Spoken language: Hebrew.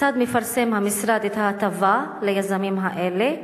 כיצד מפרסם המשרד את ההטבה ליזמים האלה?